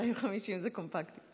250 זה קומפקטית.